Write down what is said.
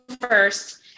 first